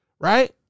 right